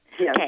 Okay